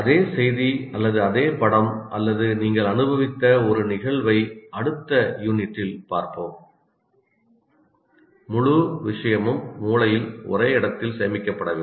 அதே செய்தி அல்லது அதே படம் அல்லது நீங்கள் அனுபவித்த ஒரு நிகழ்வை அடுத்த யூனிட்டில் பார்ப்போம் முழு விஷயமும் மூளையில் ஒரே இடத்தில் சேமிக்கப்படவில்லை